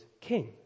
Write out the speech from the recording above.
king